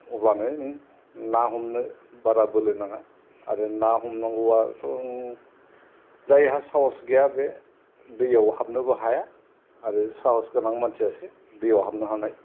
अब्लानो नों ना हमनो बारा बोलो नाङा आरो ना हमनांगौआथ' जायहा साहस गैया बे दैआव हाबनोबो हाया आरो साहस गोनां मानसिआसो दैआव हाबनोबो हानाय